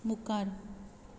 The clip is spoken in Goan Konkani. मुखार